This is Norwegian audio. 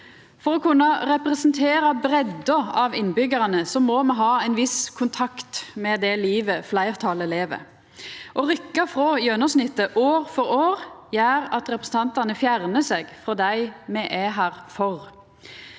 For å kunna representera breidda av innbyggjarane må me ha ein viss kontakt med det livet fleirtalet lever. Å rykkja frå gjennomsnittet år for år gjer at representantane fjernar seg frå dei me er her for.